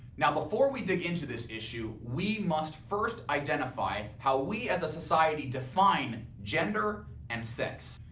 now before we dig into this issue we must first identify how we as a society define gender and sex.